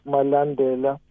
Malandela